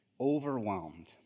overwhelmed